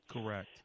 Correct